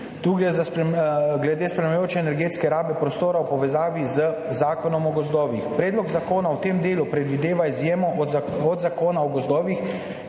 glede spremljajoče energetske rabe prostora v povezavi z Zakonom o gozdovih. Predlog zakona v tem delu predvideva izjemo od Zakona o gozdovih,